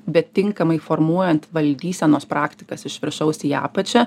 bet tinkamai formuojant valdysenos praktikas iš viršaus į apačią